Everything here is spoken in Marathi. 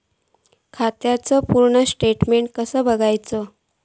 खात्याचा पूर्ण स्टेटमेट कसा बगायचा?